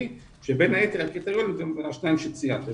ובין יתר הקריטריונים יש את שני אלה שציינת,